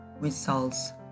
results